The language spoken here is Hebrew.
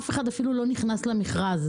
אף אחד לא נכנס למכרז.